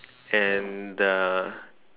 and uh